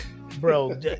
Bro